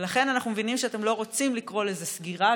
אנחנו מבינים שאתם לא רוצים לקרוא לזה סגירה,